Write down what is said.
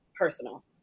personal